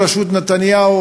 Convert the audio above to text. בראשות נתניהו,